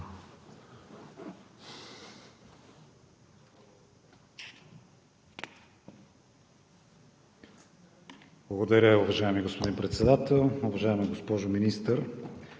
Благодаря, уважаеми господи Председател. Уважаема госпожо Министър,